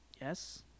Yes